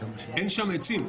אין שם עצים.